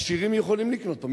עשירים יכולים לקנות פה.